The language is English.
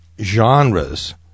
genres